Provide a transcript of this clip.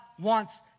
wants